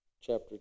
chapter